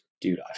dude